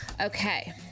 Okay